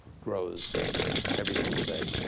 grows every single day.